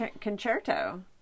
concerto